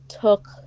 took